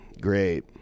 Great